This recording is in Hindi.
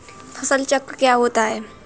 फसल चक्र क्या होता है?